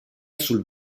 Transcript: sul